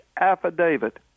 affidavit